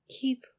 keep